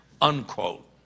unquote